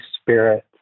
Spirit